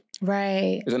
Right